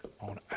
on